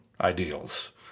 ideals